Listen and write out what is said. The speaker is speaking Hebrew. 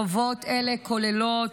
חובות אלה כוללות,